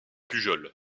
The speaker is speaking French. pujol